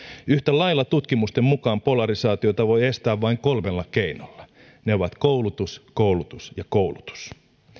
yhtä lailla tutkimusten mukaan polarisaatiota voi estää vain kolmella keinolla ne ovat koulutus koulutus ja koulutus